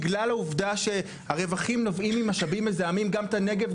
בגלל העובדה שהרווחים נובעים ממשאבים מזהמים גם את הנגב,